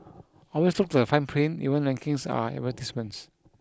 always look at the fine print even rankings are advertisements